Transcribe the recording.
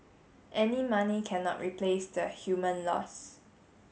any money cannot replace the human loss